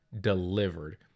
delivered